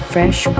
Fresh